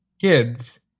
kids